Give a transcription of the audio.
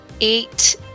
eight